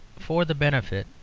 for the benefit,